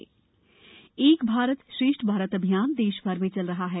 एक भारत श्रेष्ठ भारत एक भारत श्रेष्ठ भारत अभियान देश भर में चल रहा है